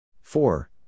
four